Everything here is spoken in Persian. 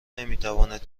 نمیتواند